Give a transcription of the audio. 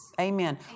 Amen